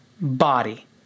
body